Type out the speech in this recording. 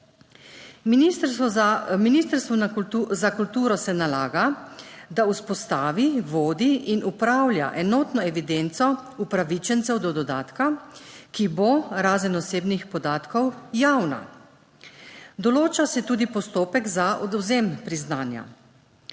Ministrstvu za kulturo se nalaga, da vzpostavi, vodi in upravlja enotno evidenco upravičencev do dodatka, ki bo razen osebnih podatkov, javna. Določa se tudi postopek za odvzem priznanja.